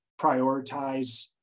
prioritize